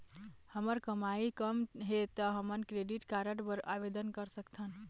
हमर कमाई कम हे ता हमन क्रेडिट कारड बर आवेदन कर सकथन?